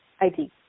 ID